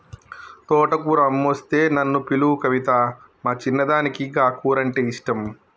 తోటకూర అమ్మొస్తే నన్ను పిలువు కవితా, మా చిన్నదానికి గా కూరంటే ఇష్టం